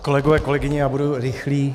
Kolegové, kolegyně, budu rychlý.